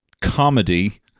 comedy